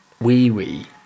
wee-wee